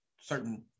Certain